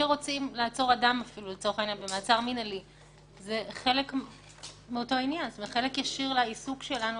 סעיף 11 זה חלק ישיר לעיסוק השוטף שלנו.